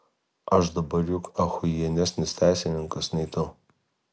aš dabar juk achujienesnis teisininkas nei tu